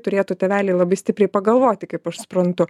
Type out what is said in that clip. turėtų tėveliai labai stipriai pagalvoti kaip aš suprantu